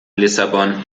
lissabon